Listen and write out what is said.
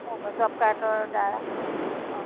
ত job কাৰ্ডৰ দ্বাৰা অঁ